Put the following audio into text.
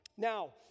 Now